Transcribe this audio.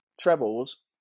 Trebles